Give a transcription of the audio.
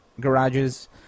garages